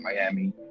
Miami